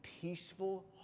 peaceful